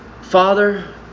Father